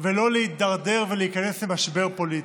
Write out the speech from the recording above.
ולא להידרדר ולהיכנס למשבר פוליטי.